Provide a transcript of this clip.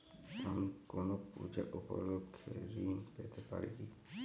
আমি কোনো পূজা উপলক্ষ্যে ঋন পেতে পারি কি?